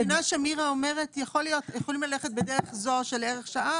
אני מבינה שמה שמירה אומרת זה שיכולים ללכת בדרך זו של ערך שעה